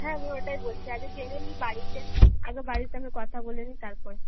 হ্যাঁ আমি ওটাই বলছি আগে জেনে নিই বাড়িতে আগে বাড়ির সঙ্গে কথা বলে নিই তারপর